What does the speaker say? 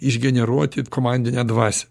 išgeneruoti komandinę dvasią